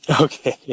Okay